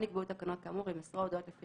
לא נקבעו תקנות כאמור יימסרו ההודעות לפי